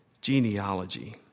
genealogy